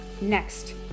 Next